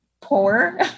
poor